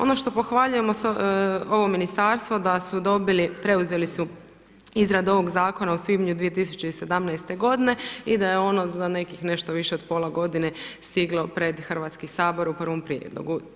Ono što pohvaljujemo ovo ministarstvo da su preuzeli izradu ovog zakona u svibnju 2017. godine i da je ono za nekih nešto više od pola godine stiglo pred Hrvatski sabor u prvom prijedlogu.